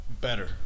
Better